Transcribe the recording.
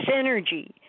Synergy